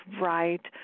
right